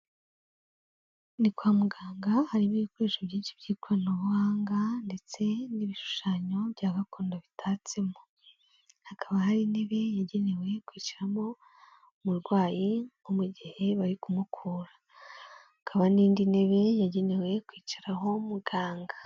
Ni kwa muganga harimo ibikoresho byinshi by'ikoranabuhanga ndetse n'ibishushanyo bya gakondo bitatsemo. Hakaba hari intebe yagenewe kwicaramo umurwayi nko mu gihe bari kumukura. Hakaba n'indi ntebe yagenewe kwicaraho muganga.